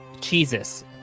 Jesus